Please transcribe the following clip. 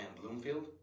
Bloomfield